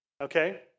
okay